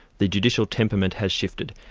the judicial temperament has shifted,